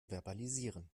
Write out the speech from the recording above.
verbalisieren